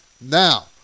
now